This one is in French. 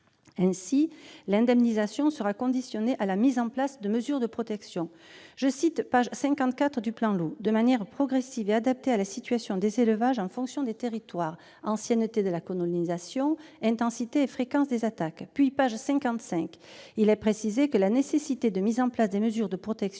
que l'indemnisation sera conditionnée à la mise en place des mesures de protection « de manière progressive et adaptée à la situation des élevages, en fonction des territoires- ancienneté de la colonisation, intensité et fréquence des attaques ». À la page suivante, il est précisé que « la nécessité de mise en place de mesures de protection